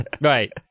right